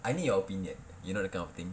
I need your opinion you know that kind of thing